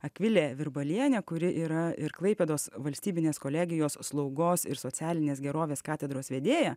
akvilė virbalienė kuri yra ir klaipėdos valstybinės kolegijos slaugos ir socialinės gerovės katedros vedėja